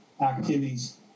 activities